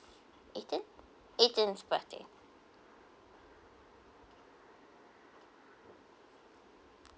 eighteenth eighteenth birthday